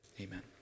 Amen